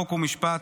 חוק ומשפט: